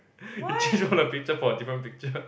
he changed all the picture for a different picture